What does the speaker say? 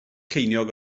ceiniog